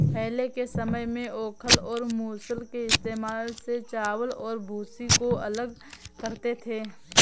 पहले के समय में ओखल और मूसल के इस्तेमाल से चावल और भूसी को अलग करते थे